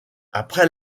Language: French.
après